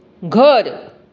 घर